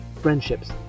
friendships